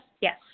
Yes